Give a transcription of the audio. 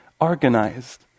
organized